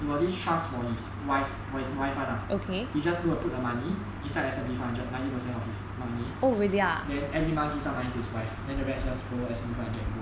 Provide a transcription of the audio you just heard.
he got this trust for his wife for his wife [one] lah he just will put the money inside a S&P five hundred ninety percent of his money then every month give some money to his wife then the rest just follow S&P five hundred and grow